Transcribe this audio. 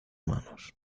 manos